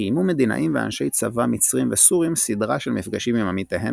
קיימו מדינאים ואנשי צבא מצרים וסורים סדרה של מפגשים עם עמיתיהם